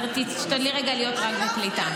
תשתדלי רגע להיות רק בקליטה.